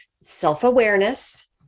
self-awareness